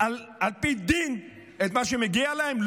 על פי דין את מה שמגיע להן?